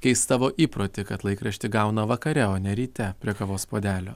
keist savo įprotį kad laikraštį gauna vakare o ne ryte prie kavos puodelio